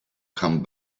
come